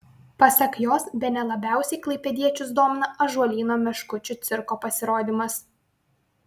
pasak jos bene labiausiai klaipėdiečius domina ąžuolyno meškučių cirko pasirodymas